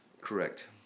Correct